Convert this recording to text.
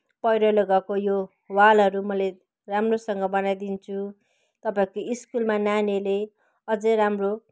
पहिरोले गएको यो वालहरू मैले राम्रोसँग बनाइदिन्छु तपाईँको स्कुलमा नानीहरूले अझै राम्रो